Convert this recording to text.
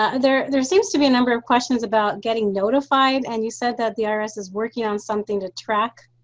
ah there there seems to be a number of questions about getting notified. and you said that the irs is working on something to track